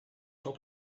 top